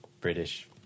British